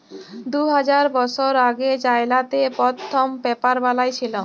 দু হাজার বসর আগে চাইলাতে পথ্থম পেপার বালাঁই ছিল